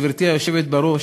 גברתי היושבת-ראש,